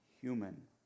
human